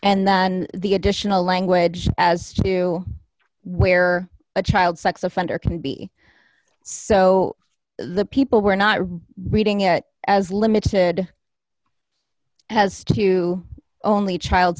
then the additional language as to where a child sex offender can be so the people were not reading it as limited as to only child